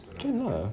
can ah